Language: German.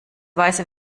weise